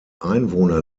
einwohner